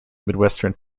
midwestern